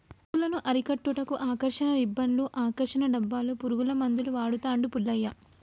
పురుగులను అరికట్టుటకు ఆకర్షణ రిబ్బన్డ్స్ను, ఆకర్షణ డబ్బాలు, పురుగుల మందులు వాడుతాండు పుల్లయ్య